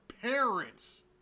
parents